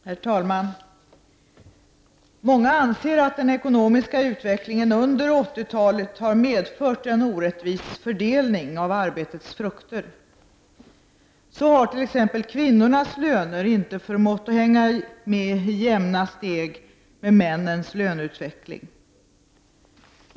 Herr talman! Många anser att den ekonomiska utvecklingen under 80-talet har medfört en orättvis fördelning av arbetets frukter. Så har t.ex. kvinnornas löner inte förmått hålla jämna steg med männens löneutveckling.